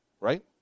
right